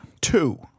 two